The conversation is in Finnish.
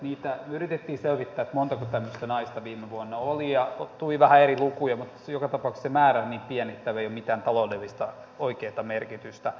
sitä yritettiin selvittää montako tämmöistä naista viime vuonna oli ja tuli vähän eri lukuja mutta joka tapauksessa se määrä on niin pieni että tällä ei ole mitään taloudellista oikeata merkitystä